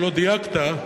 שלא דייקת: